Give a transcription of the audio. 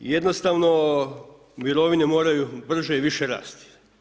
Jednostavno mirovine moraju brže i više rasti.